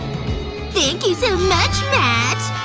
thank you so much, matt